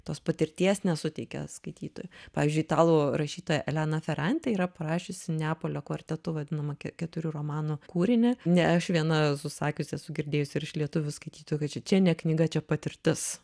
tos patirties nesuteikia skaitytojui pavyzdžiui italų rašytoja elena feranti yra parašiusi neapolio kvartetu vadinamą ke keturių romanų kūrinį ne aš viena esu sakiusi esu girdėjus ir iš lietuvių skaitytojų kad čia čia čia ne knyga čia patirtis